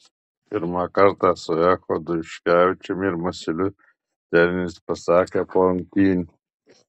pirmą kartą su echodu juškevičiumi ir masiuliu treneris pasakė po rungtynių